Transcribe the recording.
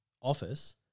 office